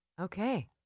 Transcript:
Okay